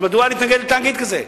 אז מדוע להתנגד לתאגיד כזה?